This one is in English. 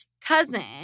cousin